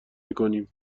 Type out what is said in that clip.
میکنیم